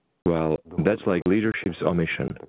well, that's like leadership's omission,